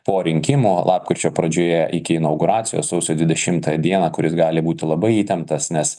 po rinkimų lapkričio pradžioje iki inauguracijos sausio dvidešimtą dieną kuris gali būti labai įtemptas nes